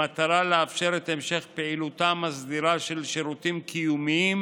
במטרה לאפשר את המשך פעילותם הסדירה של שירותים קיומיים